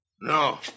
No